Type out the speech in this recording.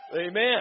Amen